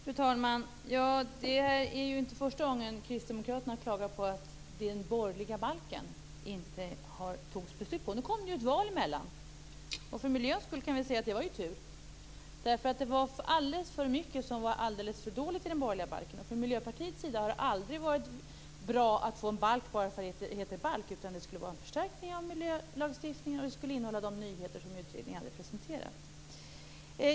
Fru talman! Det är inte första gången Kristdemokraterna klagar på att det inte togs beslut om den borgerliga balken. Det kom ju ett val emellan. För miljöns skull kan vi säga att det var tur, därför att det var alldeles för mycket som var alldeles för dåligt i den borgerliga balken. För Miljöpartiet har det aldrig varit bra att få en balk bara därför att det heter balk, utan det skulle vara en förstärkning av miljölagstiftningen och innehålla de nyheter som utredningen hade presenterat.